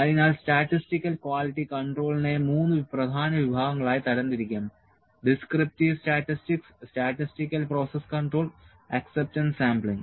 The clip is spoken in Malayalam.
അതിനാൽ സ്റ്റാറ്റിസ്റ്റിക്കൽ ക്വാളിറ്റി കൺട്രോളിനെ മൂന്ന് പ്രധാന വിഭാഗങ്ങളായി തരം തിരിക്കാം descriptive statistics statistical process control acceptance sampling